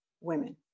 women